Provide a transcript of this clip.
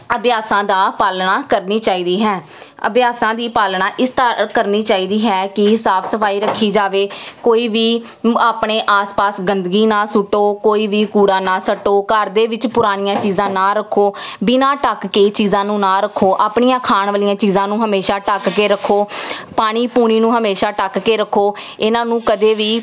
ਅਭਿਆਸਾਂ ਦਾ ਪਾਲਣਾ ਕਰਨੀ ਚਾਹੀਦੀ ਹੈ ਅਭਿਆਸਾਂ ਦੀ ਪਾਲਣਾ ਇਸ ਤਾ ਕਰਨੀ ਚਾਹੀਦੀ ਹੈ ਕਿ ਸਾਫ਼ ਸਫਾਈ ਰੱਖੀ ਜਾਵੇ ਕੋਈ ਵੀ ਆਪਣੇ ਆਸ ਪਾਸ ਗੰਦਗੀ ਨਾ ਸੁੱਟੋ ਕੋਈ ਵੀ ਕੂੜਾ ਨਾ ਸੁੱਟੋ ਘਰ ਦੇ ਵਿੱਚ ਪੁਰਾਣੀਆਂ ਚੀਜ਼ਾਂ ਨਾ ਰੱਖੋ ਬਿਨਾਂ ਢੱਕ ਕੇ ਇਹ ਚੀਜ਼ਾਂ ਨੂੰ ਨਾ ਰੱਖੋ ਆਪਣੀਆਂ ਖਾਣ ਵਾਲੀਆਂ ਚੀਜ਼ਾਂ ਨੂੰ ਹਮੇਸ਼ਾ ਢੱਕ ਕੇ ਰੱਖੋ ਪਾਣੀ ਪੂਣੀ ਨੂੰ ਹਮੇਸ਼ਾ ਢੱਕ ਕੇ ਰੱਖੋ ਇਹਨਾਂ ਨੂੰ ਕਦੇ ਵੀ